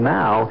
now